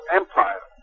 empire